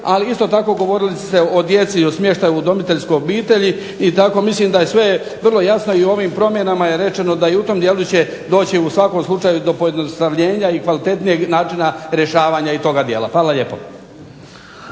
ali isto tako govorili ste o djeci i o smještaju u udomiteljsku obitelj i tako. Mislim da je sve vrlo jasno i u ovim promjenama je rečeno da i u tom dijelu će doći u svakom slučaju do pojednostavljenja i kvalitetnijeg načina rješavanja i toga dijela. Hvala lijepo.